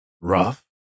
rough